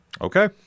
Okay